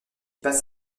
passe